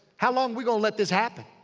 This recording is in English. how long we gonna let this happen?